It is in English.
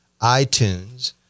iTunes